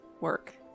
work